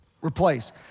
Replace